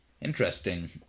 Interesting